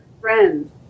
friends